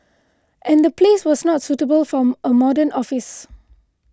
and the place was not suitable for a modern office